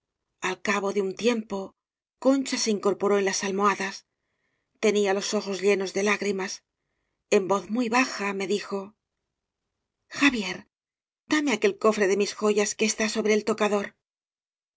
cabo de algún tiempo concha se incorporó en las almohadas tenía los ojos llenos de lágrimas en voz muy baja me dijo xavier dame aquel cofre de mis joyas que está sobre el tocador